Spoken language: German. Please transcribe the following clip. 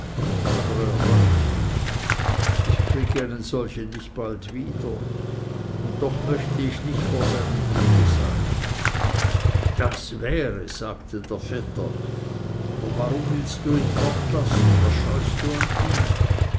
aber er reut mich ich kriege einen solchen nicht bald wieder und doch möchte ich nicht vor seinem glück sein das wäre sagte der vetter aber warum willst du ihn fortlassen was scheust du an ihm